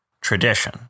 tradition